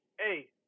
hey